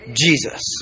Jesus